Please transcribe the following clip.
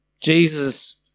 Jesus